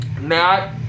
Matt